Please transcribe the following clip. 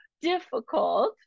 difficult